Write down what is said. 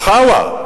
"חאווה"?